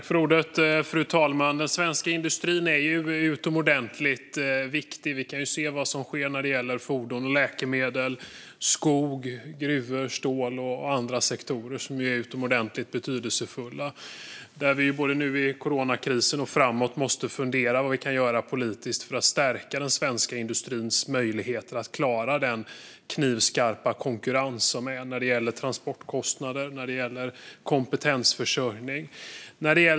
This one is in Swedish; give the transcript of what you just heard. Fru talman! Den svenska industrin är utomordentligt viktig. Vi kan se vad som sker när det gäller fordon, läkemedel, skog, gruvor, stål och andra sektorer som är utomordentligt betydelsefulla. Både nu i coronakrisen och framåt måste vi fundera på vad vi kan göra politiskt för att stärka den svenska industrins möjligheter att klara den knivskarpa konkurrens som finns när det gäller transportkostnader och kompetensförsörjning.